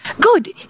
good